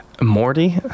Morty